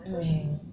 mm